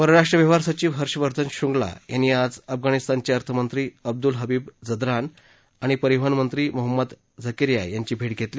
परराष्ट्र व्यवहार सचिव हर्षवर्धन श्रृगंला यांनी आज अफगाणिस्तानचे अर्थमंत्री अब्दूल हबीब झदरान आणि परिवहन मंत्री मोहम्मद झकरिया यांची भेट घेतली